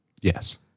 Yes